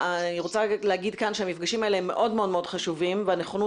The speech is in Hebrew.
אני רוצה לומר כאן שהמפגשים האלה הם מאוד מאוד חשובים והנכונות